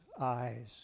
eyes